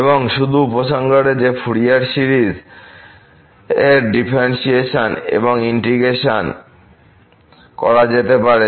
এবং শুধু আবার উপসংহারে যে ফুরিয়ার সিরিজের ডিফারেন্শিয়েশন এবং ইন্টিগ্রেশন করা যেতে পারে